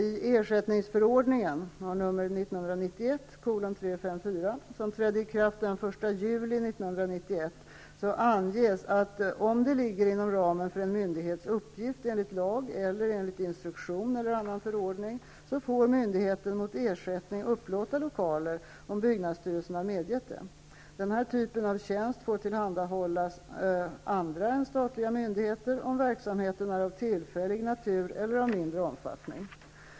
I ersättningsförordningen som trädde i kraft den 1 juli 1991 anges att om det ligger inom ramen för en myndighets uppgift enligt lag eller enligt instruktion eller annan förordning, får myndigheten mot ersättning upplåta lokaler om byggnadsstyrelsen har medgett det. Denna typ av tjänst får tillhandahållas andra än statliga myndigheter om verksamheten är av tillfällig natur eller av mindre omfattning.